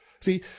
See